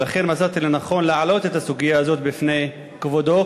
ולכן מצאתי לנכון להעלות את הסוגיה הזאת בפני כבודו,